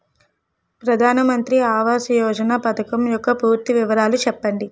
ప్రధాన మంత్రి ఆవాస్ యోజన పథకం యెక్క పూర్తి వివరాలు చెప్పండి?